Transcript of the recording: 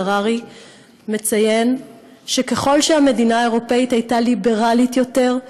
הררי מציין שככל שהמדינה האירופית הייתה ליברלית יותר,